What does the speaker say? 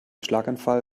schlaganfall